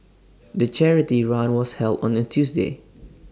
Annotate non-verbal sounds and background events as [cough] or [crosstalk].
[noise] the charity run was held on A Tuesday